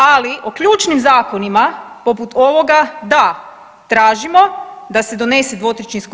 Ali o ključnim zakonima poput ovoga da tražimo da se donese 2/